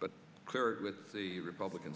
but clear it with the republican